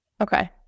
okay